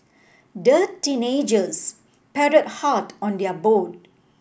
the teenagers paddled hard on their boat